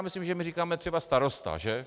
Myslím, že my říkáme třeba starosta, že?